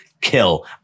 kill